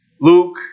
Luke